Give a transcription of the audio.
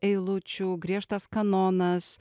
eilučių griežtas kanonas